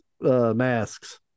masks